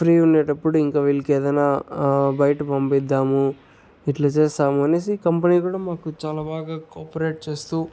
free ఉండేటప్పుడు ఇంక వీళ్ళకి ఏదన్నా బయటకి పంపిద్దాము ఇట్లా చేస్తాము అనేసి కంపెనీ కూడా మాకు చాలా బాగా కోపరేట్ చేస్తూ